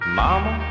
mama